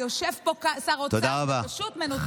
יושב פה שר האוצר ופשוט מנותק מהמציאות.